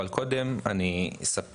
אבל קודם אני רוצה